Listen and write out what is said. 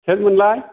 सोरमोनलाय